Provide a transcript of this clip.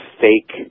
fake